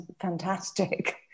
fantastic